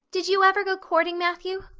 did you ever go courting, matthew?